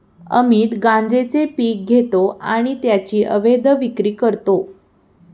अमित गांजेचे पीक घेतो आणि त्याची अवैध विक्री करतो